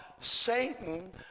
Satan